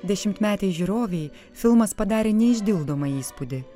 dešimtmetei žiūrovei filmas padarė neišdildomą įspūdį